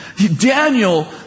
Daniel